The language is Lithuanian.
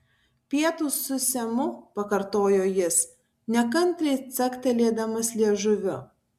pietūs su semu pakartojo jis nekantriai caktelėdamas liežuviu